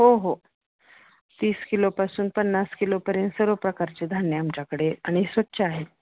हो हो तीस किलोपासून पन्नास किलोपर्यंत सर्व प्रकारचे धान्य आमच्याकडे आणि स्वच्छ आहेत